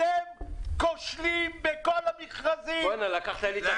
אתם כושלים בכל המכרזים -- לקחת לי את הקרדיט.